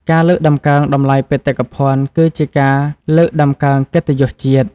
ការលើកតម្កើងតម្លៃបេតិកភណ្ឌ គឺជាការលើកតម្កើងកិត្តិយសជាតិ។